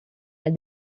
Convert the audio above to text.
and